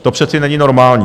To přece není normální.